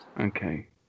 Okay